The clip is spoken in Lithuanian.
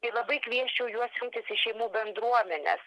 tai labai kviesčiau juos jungtis į šeimų bendruomenes